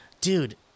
Dude